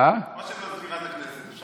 או של מזכירת הכנסת, אתה